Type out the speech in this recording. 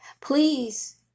Please